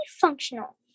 functional